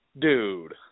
dude